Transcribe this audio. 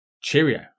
Cheerio